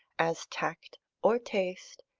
as tact or taste,